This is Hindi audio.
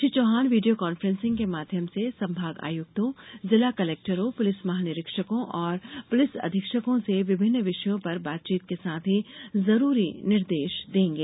श्री चौहान वीडियों कॉन्फ्रेंसिंग के माध्यम से संभाग आयुक्तों जिला कलेक्टरों पुलिस महानिरीक्षकों और पुलिस अधीक्षकों से विभिन्न विषयों पर बातचीत के साथ ही जरूरी निर्देश देंगे